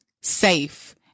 safe